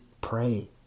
pray